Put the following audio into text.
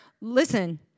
Listen